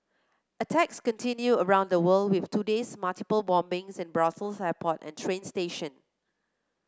attacks continue around the world with today's multiple bombings in Brussels airport and train station